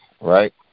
right